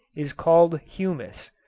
is called humus.